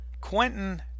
Quentin